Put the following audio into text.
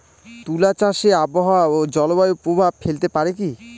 তুলা চাষে আবহাওয়া ও জলবায়ু প্রভাব ফেলতে পারে কি?